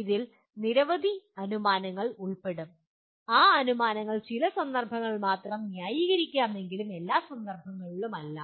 അതിൽ നിരവധി അനുമാനങ്ങൾ ഉൾപ്പെടും ആ അനുമാനങ്ങൾ ചില സന്ദർഭങ്ങളിൽ മാത്രം ന്യായീകരിക്കാമെങ്കിലും എല്ലാ സന്ദർഭങ്ങളിലും അല്ല